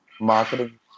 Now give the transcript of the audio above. marketing